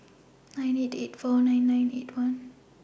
nine eight eight four nine nine eight one